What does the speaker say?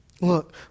Look